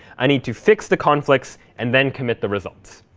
i need to fix the conflicts and then commit the results.